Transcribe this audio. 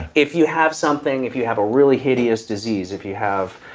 if you have something, if you have a really hideous disease, if you have